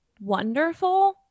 wonderful